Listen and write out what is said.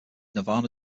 nirvana